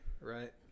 right